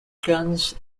guns